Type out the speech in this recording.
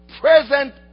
present